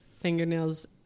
fingernails